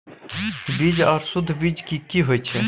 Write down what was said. बीज आर सुध बीज की होय छै?